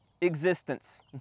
existence